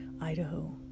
Idaho